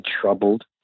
troubled